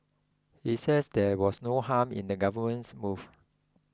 he said there was no harm in the government's move